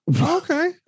Okay